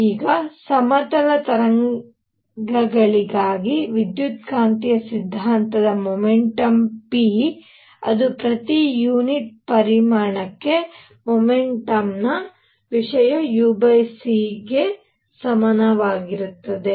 ಈಗ ಸಮತಲ ತರಂಗಗಳಿಗಾಗಿ ವಿದ್ಯುತ್ಕಾಂತೀಯ ಸಿದ್ಧಾಂತದ ಮೊಮೆನ್ಟುಮ್ p ಅದು ಪ್ರತಿ ಯುನಿಟ್ ಪರಿಮಾಣಕ್ಕೆ ಮೊಮೆಂಟಮ್ನ ವಿಷಯ u c ಗೆ ಸಮಾನವಾಗಿರುತ್ತದೆ